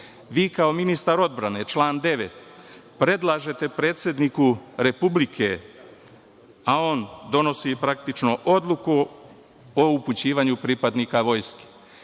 kao ministar odbrane, član 9. predlažete predsedniku Republike a on donosi praktično odluku o upućivanju pripadnika Vojske.